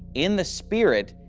in the spirit,